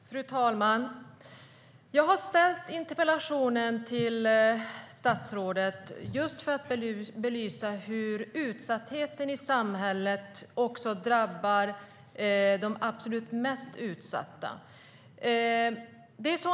Fru talman! Jag har ställt denna interpellation till statsrådet för att belysa hur utsattheten i samhället drabbar de absolut mest utsatta.